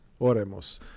Oremos